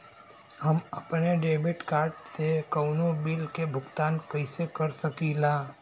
हम अपने debit card से कउनो बिल के भुगतान कइसे कर सकीला?